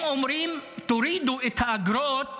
הם אומרים: תורידו את האגרות